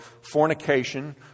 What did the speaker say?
fornication